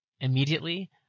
immediately